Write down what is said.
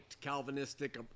Calvinistic